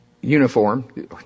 uniform